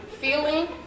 feeling